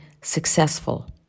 successful